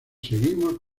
seguimos